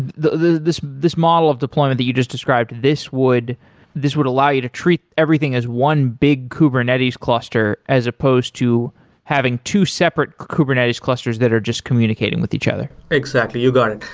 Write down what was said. this this model of deployment that you just described, this would this would allow you to treat everything as one big kubernetes cluster as opposed to having two separate kubernetes clusters that are just communicating with each other? exactly. you got it.